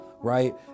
right